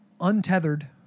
untethered